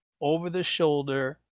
over-the-shoulder